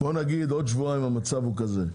בוא נגיד עוד שבועיים המצב הוא כזה,